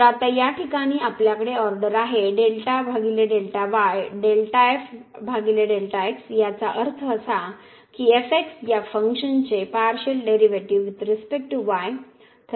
तर आता या ठिकाणी आपल्याकडे ऑर्डर आहे याचा अर्थ असा की या फान्क्षांचे partial derivative with respect to y